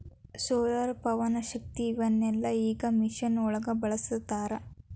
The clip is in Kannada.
ಸೋಲಾರ, ಪವನಶಕ್ತಿ ಇವನ್ನೆಲ್ಲಾ ಈಗ ಮಿಷನ್ ಒಳಗ ಬಳಸತಾರ